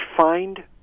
Find